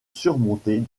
surmontés